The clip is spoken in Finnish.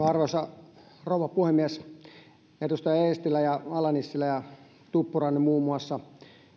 arvoisa rouva puhemies edustajat eestilä ja ala nissilä ja tuppurainen te muun muassa